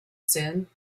soon